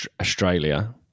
Australia